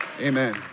Amen